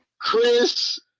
Chris